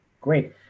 Great